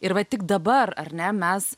ir va tik dabar ar ne mes